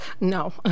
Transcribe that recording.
No